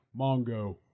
Mongo